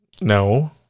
No